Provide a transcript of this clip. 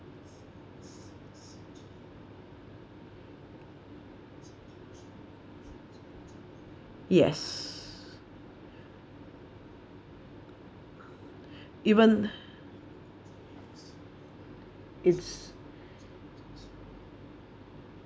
yes even it's